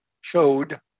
showed